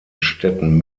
städten